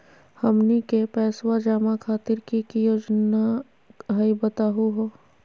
हमनी के पैसवा जमा खातीर की की योजना हई बतहु हो?